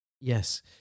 Yes